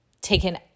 taken